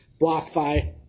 BlockFi